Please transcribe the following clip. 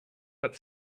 but